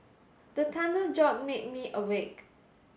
the thunder jolt me me awake